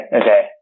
okay